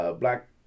black